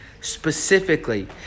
specifically